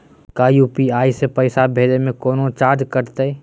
का यू.पी.आई से पैसा भेजे में कौनो चार्ज कटतई?